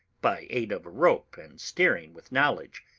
by aid of a rope and steering with knowledge.